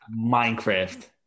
Minecraft